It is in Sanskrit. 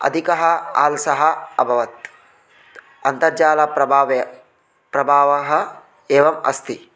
अधिकः आलसः अभवत् अन्तर्जालप्रभावे प्रभावः एवम् अस्ति